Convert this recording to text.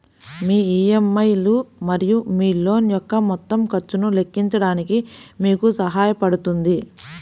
మీ EMI లు మరియు మీ లోన్ యొక్క మొత్తం ఖర్చును లెక్కించడానికి మీకు సహాయపడుతుంది